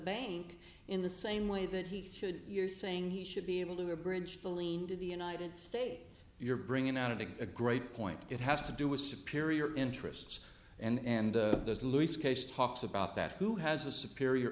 bank in the same way that he should you're saying he should be able to bridge the lean to the united states you're bringing out of it a great point it has to do with superior interests and there's luis case talks about that who has a superior